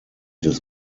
des